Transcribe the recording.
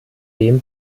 dem